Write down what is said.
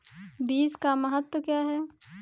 बीज का महत्व क्या है?